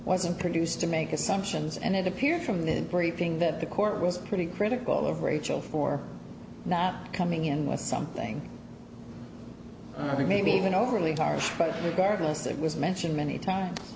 wasn't produced to make assumptions and it appears from that briefing that the court was pretty critical of rachel for not coming in with something or maybe even overly harsh but regardless it was mentioned many times